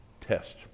test